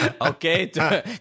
Okay